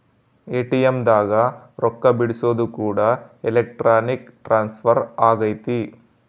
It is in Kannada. ಎ.ಟಿ.ಎಮ್ ದಾಗ ರೊಕ್ಕ ಬಿಡ್ಸೊದು ಕೂಡ ಎಲೆಕ್ಟ್ರಾನಿಕ್ ಟ್ರಾನ್ಸ್ಫರ್ ಅಗೈತೆ